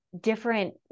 different